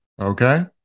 okay